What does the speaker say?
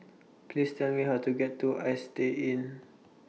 Please Tell Me How to get to Istay Inn